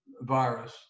virus